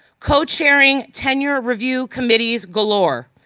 co-chairing tenure review committees galore,